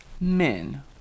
Men